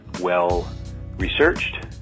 well-researched